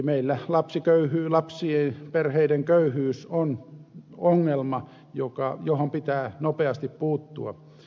meillä lapsiperheiden köyhyys on ongelma johon pitää nopeasti puuttua